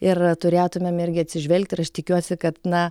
ir turėtumėm irgi atsižvelgti ir aš tikiuosi kad na